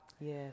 Yes